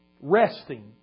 resting